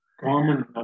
common